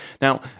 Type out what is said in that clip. Now